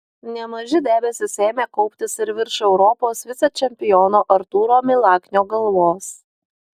nemaži debesys ėmė kauptis ir virš europos vicečempiono artūro milaknio galvos